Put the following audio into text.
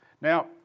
Now